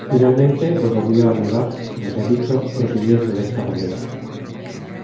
finalmente los volvió a anudar como se ha dicho prosiguiendo desta manera